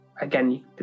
again